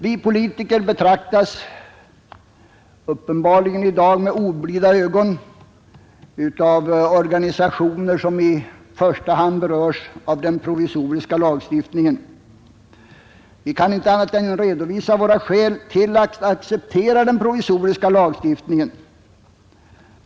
Vi politiker betraktas uppenbarligen i dag med oblida ögon av organisationer som i första hand berörs av den provisoriska lagstiftningen. Vi kan inte annat än redovisa våra skäl till att vi accepterar den provisoriska lagstiftningen.